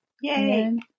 Yay